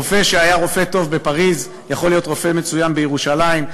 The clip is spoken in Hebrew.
רופא שהיה רופא טוב בפריז יכול להיות רופא מצוין בירושלים.